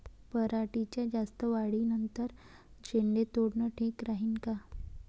पराटीच्या जास्त वाढी नंतर शेंडे तोडनं ठीक राहीन का?